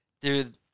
dude